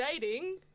dating